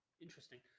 Interesting